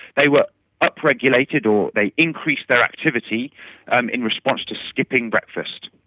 they were up-regulated or they increased their activity um in response to skipping breakfast.